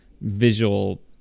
visual